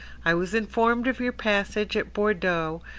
i was informed of your passage at bordeaux,